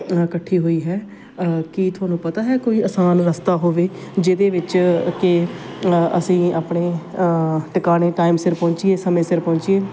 ਇਕੱਠੀ ਹੋਈ ਹੈ ਕੀ ਤੁਹਾਨੂੰ ਪਤਾ ਹੈ ਕੋਈ ਆਸਾਨ ਰਸਤਾ ਹੋਵੇ ਜਿਹਦੇ ਵਿੱਚ ਕਿ ਅਸੀਂ ਆਪਣੇ ਟਿਕਾਣੇ ਟਾਈਮ ਸਿਰ ਪਹੁੰਚੀਏ ਸਮੇਂ ਸਿਰ ਪਹੁੰਚੀਏ